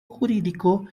jurídico